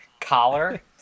collar